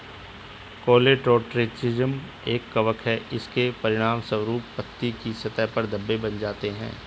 Colletotrichum एक कवक है, इसके परिणामस्वरूप पत्ती की सतह पर धब्बे बन जाते हैं